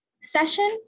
session